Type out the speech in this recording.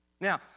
Now